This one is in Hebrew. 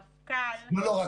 לא.